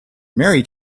mary